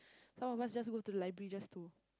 some of us just go to the library just to